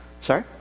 Sorry